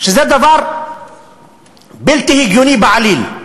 שזה דבר בלתי הגיוני בעליל.